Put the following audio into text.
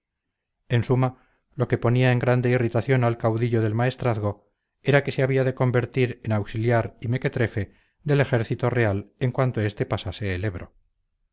en suma lo que ponía en grande irritación al caudillo del maestrazgo era que se había de convertir en auxiliar y mequetrefe del ejército real en cuanto este pasase